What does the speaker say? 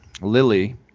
lily